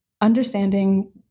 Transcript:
understanding